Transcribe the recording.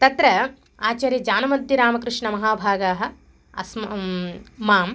तत्र आचार्यज्ञानमतिरामकृष्णः महाभागाः अस्म् माम्